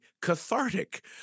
cathartic